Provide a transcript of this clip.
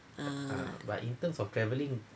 ah